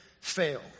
fail